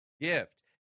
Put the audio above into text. gift